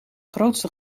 grootste